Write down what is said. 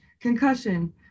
concussion